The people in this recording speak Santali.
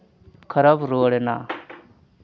ᱠᱷᱟᱨᱟᱯ ᱨᱩᱣᱟᱹᱲ ᱮᱱᱟ